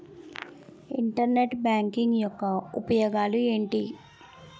Internet banking యెక్క ఉపయోగాలు ఎంటి?